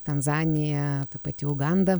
tanzanija ta pati uganda